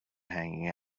hanging